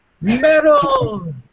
Metal